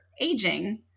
aging